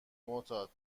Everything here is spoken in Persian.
معتاد